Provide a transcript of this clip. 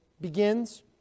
begins